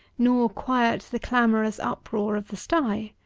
nor quiet the clamorous uproar of the stye.